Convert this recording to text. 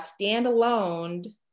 standalone